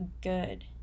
good